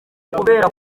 kubera